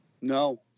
No